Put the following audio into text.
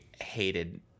hated